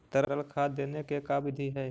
तरल खाद देने के का बिधि है?